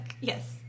yes